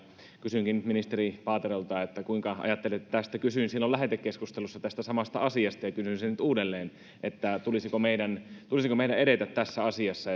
kysynkin ministeri paaterolta kuinka ajattelette kysyin silloin lähetekeskustelussa tästä samasta asiasta ja kysyisin nyt uudelleen tulisiko meidän tulisiko meidän edetä tässä asiassa